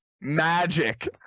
magic